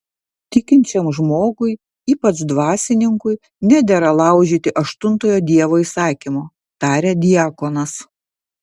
tikinčiam žmogui ypač dvasininkui nedera laužyti aštuntojo dievo įsakymo tarė diakonas